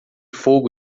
fogo